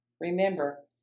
Remember